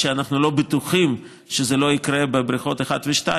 שאנחנו לא בטוחים שזה לא יקרה בבריכות 1 ו-2,